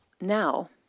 now